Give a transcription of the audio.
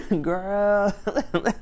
girl